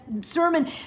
sermon